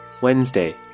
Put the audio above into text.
Wednesday